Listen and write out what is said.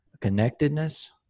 connectedness